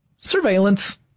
surveillance